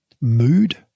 mood